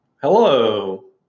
Hello